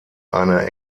eine